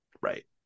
right